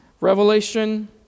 Revelation